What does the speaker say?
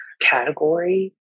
category